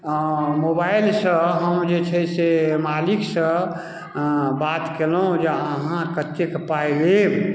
mobile सँ हम जे छै से मालिक सँ बात केलहुॅं जे अहाँ कतेक पाइ लेब